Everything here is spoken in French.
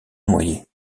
noyer